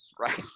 right